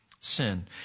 sin